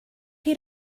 chi